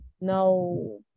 no